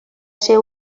ser